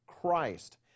Christ